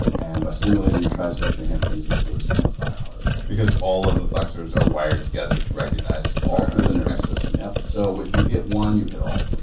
and by stimulating your triceps, your hamstrings and your glutes are going to fire harder. because all of the flexors are wired together to recognize, all through the nervous system, yep. so, if you hit one, you hit all of them.